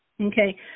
Okay